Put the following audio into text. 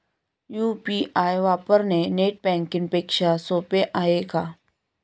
UPI वापरणे net banking पेक्षा सोपे आहे का?